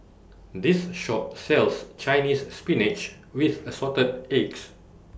This Shop sells Chinese Spinach with Assorted Eggs